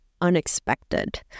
unexpected